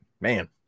Man